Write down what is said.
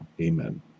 Amen